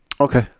Okay